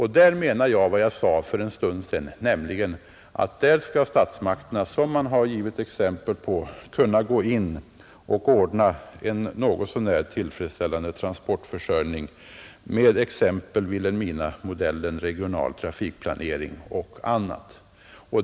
Här skall statsmakterna — som det finns exempel på — kunna gå in och ordna en något så när tillfredsställande transportförsörjning enligt låt mig säga Vilhelminamodellen, regional trafikplanering och annat.